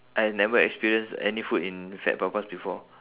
I've never experienced any food in fat papas before